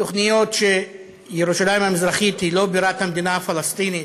תוכניות שבהן ירושלים המזרחית היא לא בירת המדינה הפלסטינית,